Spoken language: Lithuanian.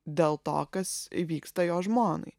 dėl to kas įvyksta jo žmonai